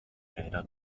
räder